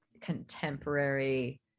contemporary